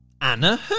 Anna